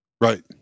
Right